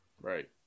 Right